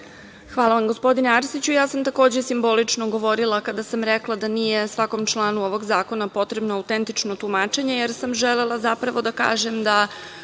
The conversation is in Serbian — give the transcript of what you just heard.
Hvala vam, gospodine Arsiću. Ja sam takođe simbolično govorila kada sam rekla da nije svakom članu ovog zakona potrebno autentično tumačenje, jer sam želela zapravo da kažem da